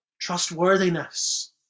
trustworthiness